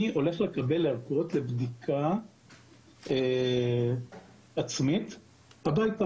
מי הולך לקבל ערכות לבדיקה עצמית הביתה.